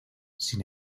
sin